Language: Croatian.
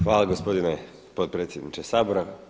Hvala gospodine potpredsjedniče Sabora.